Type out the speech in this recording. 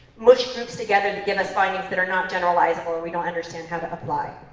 mush groups together to give us findings that are not generalizable and we don't understand how that applies.